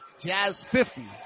jazz50